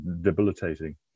debilitating